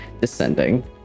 descending